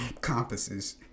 compasses